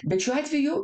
bet šiuo atveju